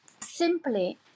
simply